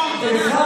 יהודה שפר,